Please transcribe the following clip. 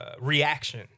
reaction